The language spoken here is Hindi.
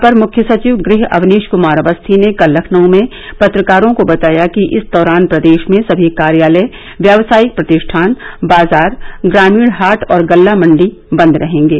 अपर मुख्य सचिव गृह अवनीश कमार अवस्थी ने कल लखनऊ में पत्रकारों को बताया कि इस दौरान प्रदेश में सभी कार्यालय व्यावसायिक प्रतिष्ठान बाजार ग्रामीण हाट और गल्ला मण्डी बन्द रहेंगे